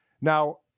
Now